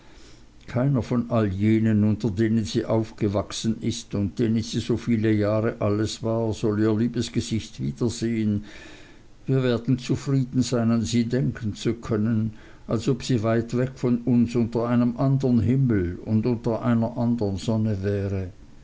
keiner von all denen unter denen sie aufgewachsen ist und denen sie so viele jahre alles war soll ihr liebes gesicht wiedersehen wir werden zufrieden sein an sie denken zu können als ob sie weit weg von uns unter einem andern himmel und unter einer andern sonne wäre